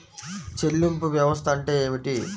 చెల్లింపు వ్యవస్థ అంటే ఏమిటి?